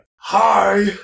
Hi